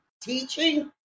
teaching